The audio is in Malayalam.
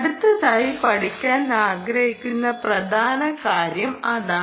അടുത്തതായി പഠിക്കാൻ ആഗ്രഹിക്കുന്ന പ്രധാന കാര്യം അതാണ്